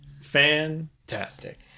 Fantastic